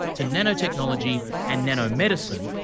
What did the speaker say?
to nanotechnology and nano-medicine,